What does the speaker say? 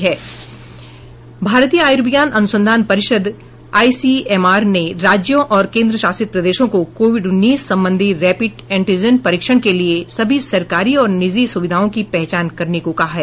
भारतीय आयूर्विज्ञान अनुसंधान परिषद आईसीएमआर ने राज्यों और केंद्र शासित प्रदेशों को कोविड उन्नीस संबंधी रैपिड एंटीजन परीक्षण के लिए सभी सरकारी और निजी सुविधाओं की पहचान करने को कहा है